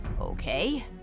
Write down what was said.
Okay